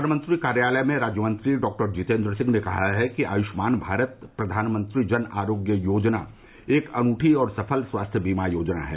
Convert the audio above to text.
प्रधानमंत्री कार्यालय में राज्य मंत्री डॉ जीतेंद्र सिंह ने कहा है कि आयुष्मान भारत प्रधानमंत्री जन आरोग्य योजना एक अनुठी और सफल स्वास्थ्य बीमा योजना है